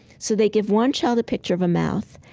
so they give one child a picture of a mouth,